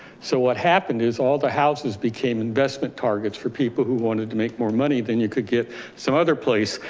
so what happened is all the houses became investment targets for people who wanted to make more money than you could get some other place.